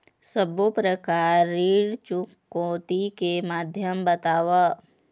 सब्बो प्रकार ऋण चुकौती के माध्यम बताव?